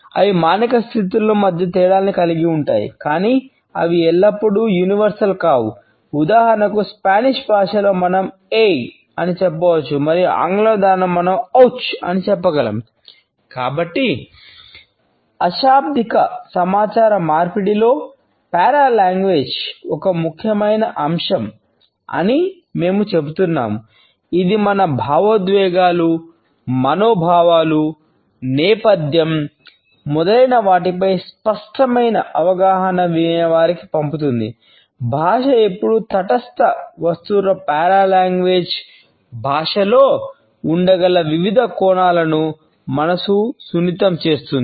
అవి మానసిక స్థితుల మధ్య తేడాను కలిగి ఉంటాయి కానీ అవి ఎల్లప్పుడూ సార్వత్రికమైనవి భాషలో ఉండగల వివిధ కోణాలకు మనను సున్నితం చేస్తుంది